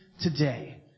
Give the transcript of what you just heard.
today